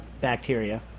bacteria